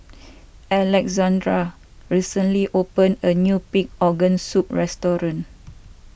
Alexandr recently opened a new Pig Organ Soup restaurant